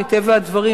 מטבע הדברים,